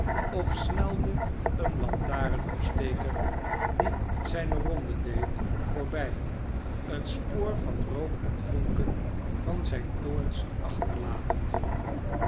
of snelde een lantaarnopsteker die zijne ronde deed voorbij een spoor van rook en vonken van zijne toorts achterlatende